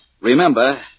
Remember